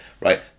right